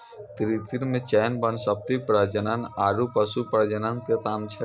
कृत्रिम चयन वनस्पति प्रजनन आरु पशु प्रजनन के काम छै